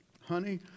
honey